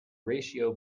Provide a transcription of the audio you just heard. ratio